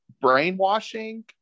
brainwashing